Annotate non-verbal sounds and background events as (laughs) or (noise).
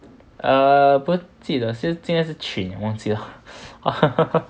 err 不记得今年还是去年忘记了 (laughs)